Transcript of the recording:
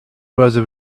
whether